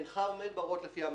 איך עומד בהוראות לפי ---.